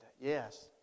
yes